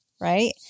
right